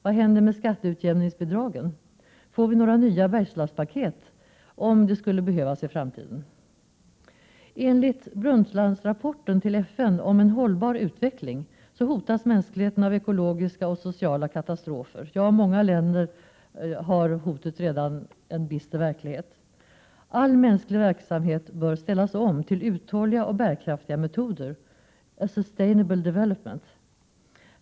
Vad händer med skatteutjämningsbidragen? Får vi några nya Bergslagspaket om det skulle behövas i framtiden? Enligt Brundtlandrapporten till FN om en hållbar utveckling hotas mänskligheten av ekologiska och sociala katastrofer. Ja, i många länder är hotet redan en bister verklighet. All mänsklig verksamhet bör ställas om till uthålliga och bärkraftiga metoder — ”a sustainable development”.